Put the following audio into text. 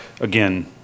again